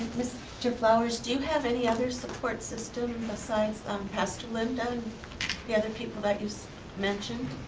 mr flowers, do you have any other support system, besides um pastor linda and the other people that you so mentioned?